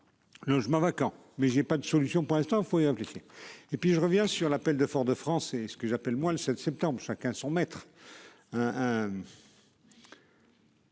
Logement vacants mais j'ai pas de solution pour l'instant faut y réfléchir et puis je reviens sur l'appel de Fort de France et ce que j'appelle moi le 7 septembre. Chacun son maître.